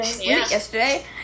yesterday